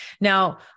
Now